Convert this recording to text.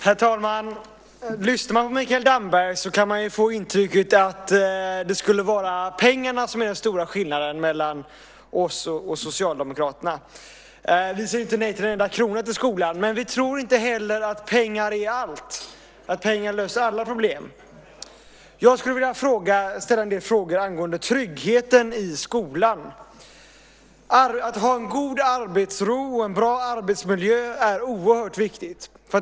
Herr talman! Lyssnar man på Mikael Damberg kan man få intrycket att det skulle vara pengarna som är den stora skillnaden mellan oss och Socialdemokraterna. Vi säger inte nej till en enda krona till skolan, men vi tror inte heller att pengar är allt, att pengar löser alla problem. Jag skulle vilja ställa en del frågor angående tryggheten i skolan. Att ha god arbetsro och en bra arbetsmiljö är oerhört viktigt.